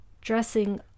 Dressing